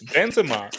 Benzema